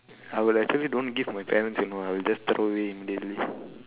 I would actually don't give to my parent you know I would just throw it immediately